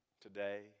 Today